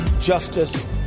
justice